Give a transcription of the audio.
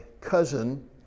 cousin